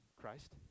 Christ